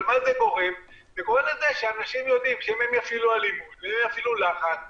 אבל זה גורם לזה שאנשים יודעים שאם הם יפעילו אלימות או יפעילו לחץ,